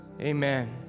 amen